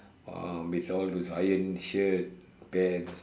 !wah! with all those ironed shirts pants